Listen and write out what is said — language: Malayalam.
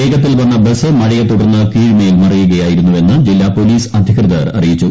വേഗത്തിൽ വന്ന ബസ് മഴയെ തുടർന്ന് കീഴ്മേൽ മറിയുകയായിരുന്നു എന്ന് ജില്ലാ പോലീസ് അധികൃതർ അറിയിച്ചു